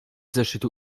zeszytu